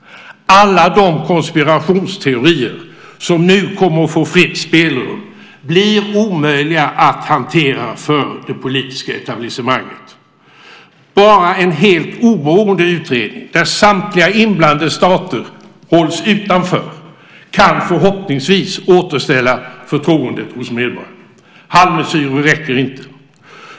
Alla de konspirationsteorier som nu kommer att få fritt spelrum blir omöjliga att hantera för det politiska etablissemanget. Bara en helt oberoende utredning där samtliga inblandade stater hålls utanför kan förhoppningsvis återställa förtroendet hos medborgarna. Halvmesyrer räcker inte.